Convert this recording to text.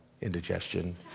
indigestion